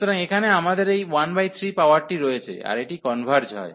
সুতরাং এখানে আমাদের এই 13 পাওয়ারটি রয়েছে আর এটি কনভার্জ হয়